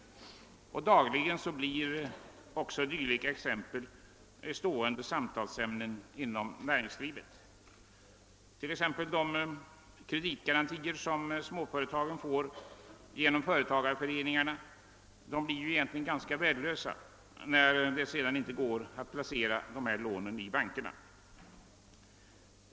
Dagligen förekommer dylika fall som blir stående samtalsämnen inom näringslivet. Exempelvis de kreditgarantier som småföretagen får genom företagarföreningarna är egentligen värdelösa, när det inte går att placera lånen i bankerna.